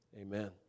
amen